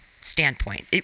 standpoint